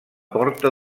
porta